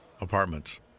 Apartments